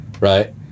right